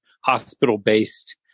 hospital-based